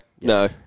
No